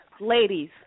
ladies